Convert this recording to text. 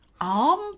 arm